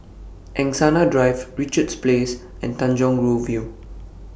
Angsana Drive Richards Place and Tanjong Rhu View